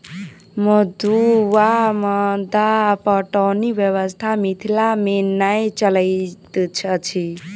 मद्दु वा मद्दा पटौनी व्यवस्था मिथिला मे नै चलैत अछि